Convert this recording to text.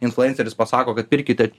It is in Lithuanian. influenceris pasako kad pirkite